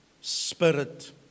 spirit